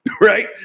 right